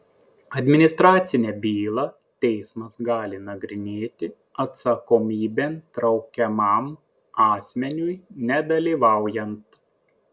administracinę bylą teismas gali nagrinėti atsakomybėn traukiamam asmeniui nedalyvaujant